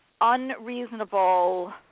unreasonable